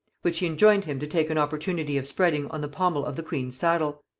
which he enjoined him to take an opportunity of spreading on the pommel of the queen's saddle.